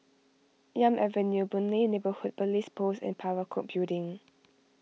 Elm Avenue Boon Lay Neighbourhood Police Post and Parakou Building